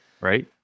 right